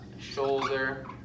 shoulder